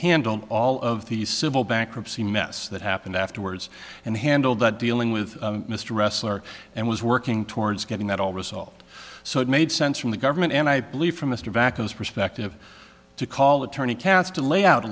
handled all of the civil bankruptcy mess that happened afterwards and handled that dealing with mr wrestler and was working towards getting that all result so it made sense from the government and i believe from mr backus perspective to call attorney katz to lay out a